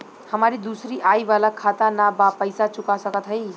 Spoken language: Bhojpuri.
हमारी दूसरी आई वाला खाता ना बा पैसा चुका सकत हई?